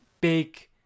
big